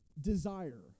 desire